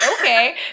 okay